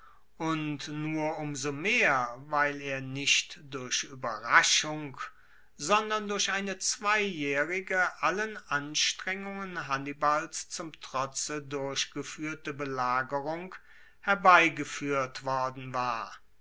und nur um so mehr weil er nicht durch ueberraschung sondern durch eine zweijaehrige allen anstrengungen hannibals zum trotze durchgefuehrte belagerung herbeigefuehrt worden war